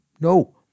No